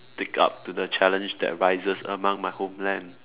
take up to the challenge that rises among my homeland